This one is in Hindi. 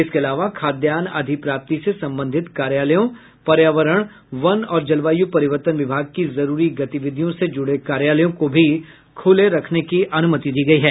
इसके अलावा खाद्यान्न अधिप्राप्ति से संबंधित कार्यालयों पर्यावरण वन और जलवायु परिवर्तन विभाग की जरूरी गतिविधियों से जुड़े कार्यालयों को भी खुले रखने की अनुमति दी गयी है